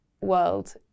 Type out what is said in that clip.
world